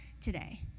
today